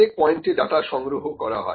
প্রত্যেক পয়েন্টে ডাটা সংগ্রহ করা হয়